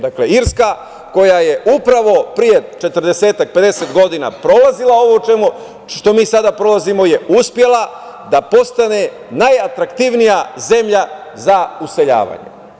Dakle, Irska koja je upravo pre 40, 50 godina prolazila, što mi sada prolazimo je uspela da postane najatraktivnija zemlja za useljavanje.